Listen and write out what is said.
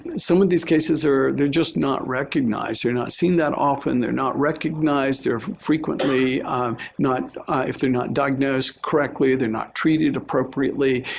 some of these cases are they're just not recognized. they're not seen that often. they're not recognized. they're frequently not if they're not diagnosed correctly, they're not treated appropriately,